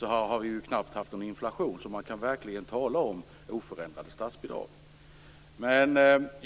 har vi knappt haft någon inflation. Så man kan verkligen tala om oförändrade statsbidrag.